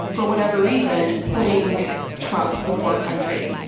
for whatever reason, putting trump before country.